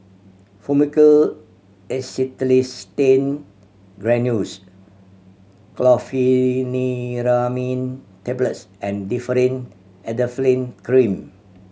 Fluimucil Acetylcysteine Granules Chlorpheniramine Tablets and Differin Adapalene Cream